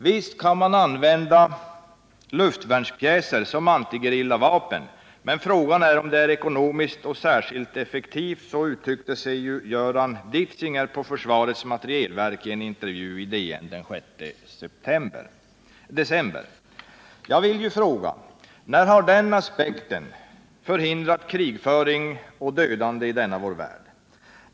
”Visst går det att använda luftvärnspjäser som antigerillavapen, men frågan är om det är ekonomiskt och särskilt effektivt”, uttryckte sig Göran Ditzinger på försvarets materielverk i en intervju i DN den 6 december. Jag vill fråga: När har den aspekten förhindrat krigföring och dödande i denna vår värld?